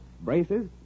braces